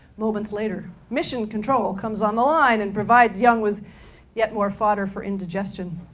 moments later, mission control comes on the line and provides young with yet more fodder for indigestion